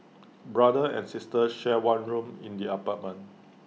brother and sister shared one room in the apartment